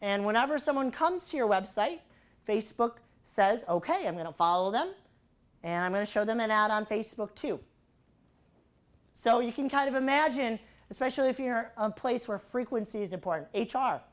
and whenever someone comes to your website facebook says ok i'm going to follow them and i'm going to show them and out on facebook too so you can kind of imagine especially if you are a place where frequency is important h